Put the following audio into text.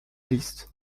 list